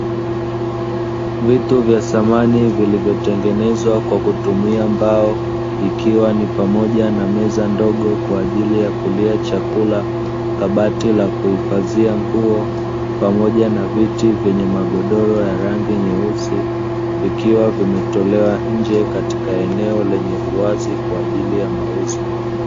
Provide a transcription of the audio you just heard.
Vitu vya samani vilivyotengenezwa kwa kutumia mbao, ikiwa ni pamoja na meza ndogo kwa ajili ya kulia chakula, kabati la kuhifadhia nguo pamoja na viti vyenye magodoro ya rangi nyeusi. Vikiwa vimetolewa nje katika eneo la uwazi kwa ajili ya mauzo.